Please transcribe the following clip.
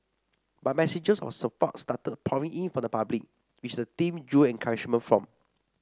but messages of support started pouring in from the public which the team drew encouragement from